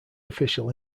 official